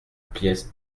pièce